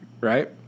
right